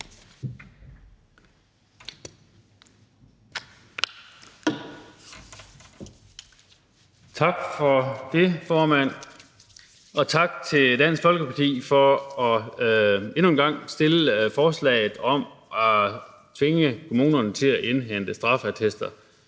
Tak for det, formand, og tak til Dansk Folkeparti for endnu en gang at fremsætte forslaget om at tvinge kommunerne til at indhente straffeattester.